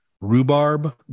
rhubarb